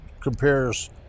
compares